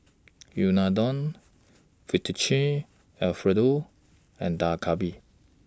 Unadon Fettuccine Alfredo and Dak Galbi